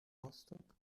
rostock